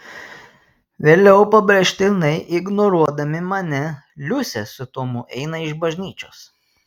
vėliau pabrėžtinai ignoruodami mane liusė su tomu eina iš bažnyčios